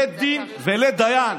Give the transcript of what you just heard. לית דין ולית דיין.